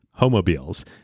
homobiles